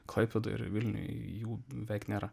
klaipėdoj ir vilniuj jų beveik nėra